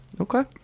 Okay